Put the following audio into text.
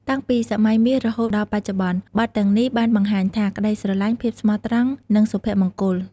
តាំងពីសម័យមាសរហូតដល់បច្ចុប្បន្ន បទទាំងនេះបានបង្ហាញថា ក្តីស្រឡាញ់ ភាពស្មោះត្រង់ និងសុភមង្គល។